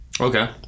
Okay